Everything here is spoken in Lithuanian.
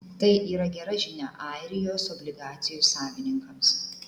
tai yra gera žinia airijos obligacijų savininkams